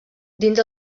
dins